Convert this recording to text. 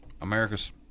America's